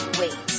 wait